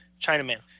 Chinaman